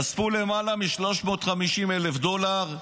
אספו למעלה מ-350,000 דולר,